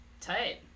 Tight